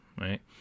right